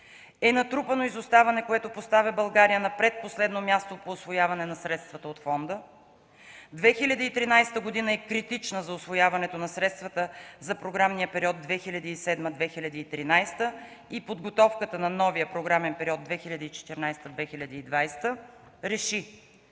е натрупано изоставане, което поставя България на предпоследно място по усвояване на средствата от Фонда; - 2013 г. е критична за усвояването на средствата за програмния период 2007-2013 г. и подготовката на новия програмен период 2014-2020 г.,